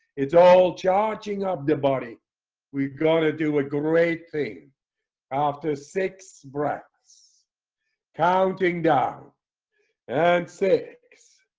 it's all charging up the body we're gonna do a great thing after six breaths counting down and six